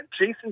Jason